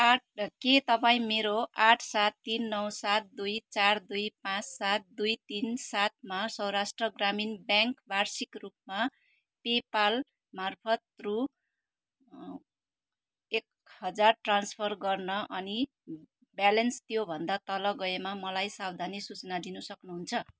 आठ के तपाईँ मेरो आठ सात तिन नौ सात दुई चार दुई पाँच सात दुई तिन सातमा सहोराष्ट्र ग्रामीण ब्याङ्क वार्षिक रूपमा पेपाल मार्फत रु एक हजार ट्रान्सफर गर्न अनि ब्यालेन्स त्योभन्दा तल गएमा मलाई सावधानी सूचना दिनु सक्नुहुन्छ